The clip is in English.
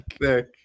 Thick